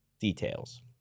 details